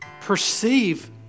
perceive